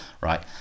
right